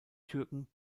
türken